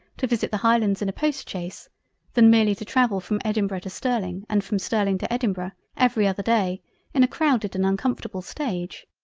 to visit the highlands in a postchaise than merely to travel from edinburgh to sterling and from sterling to edinburgh every other day in a crowded and uncomfortable stage.